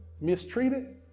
mistreated